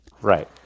Right